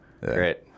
great